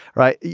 right?